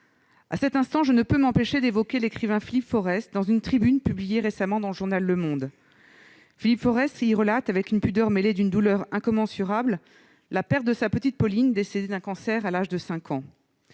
À cet instant, je ne peux m'empêcher d'évoquer l'écrivain Philippe Forest : dans une tribune publiée récemment dans le journal, il relate avec une pudeur mêlée d'une douleur incommensurable la perte de sa petite Pauline, décédée d'un cancer à l'âge de 5 ans.